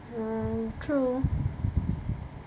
ha true